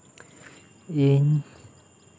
ᱤᱧ